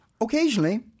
Occasionally